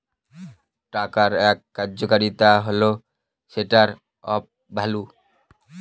টাকার এক কার্যকারিতা হল স্টোর অফ ভ্যালু